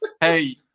hey